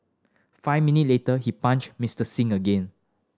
five minute later he punched Mister Singh again